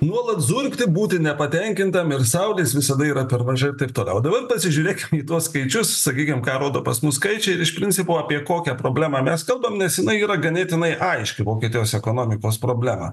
nuolat zurkti būti nepatenkintam ir saulės visada yra per mažai ir taip toliau o dabar pasižiūrėkim į tuos skaičius sakykim ką rodo pas mus skaičiai ir iš principo apie kokią problemą mes kalbam nes jinai yra ganėtinai aiškiai vokietijos ekonomikos problema